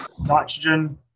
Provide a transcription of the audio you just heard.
nitrogen